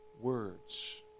words